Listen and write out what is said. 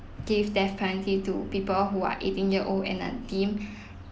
gave death penalty to people who are eighteen year old and are deemed